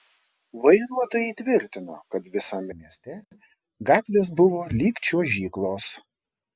vairuotojai tvirtino kad visame mieste gatvės buvo lyg čiuožyklos